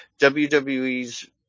WWE's